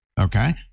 okay